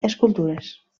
escultures